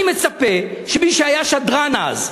אני מצפה שמי שהיה שדרן אז,